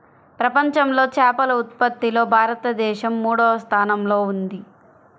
ప్రపంచంలో చేపల ఉత్పత్తిలో భారతదేశం మూడవ స్థానంలో ఉంది